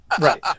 Right